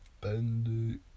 Bendy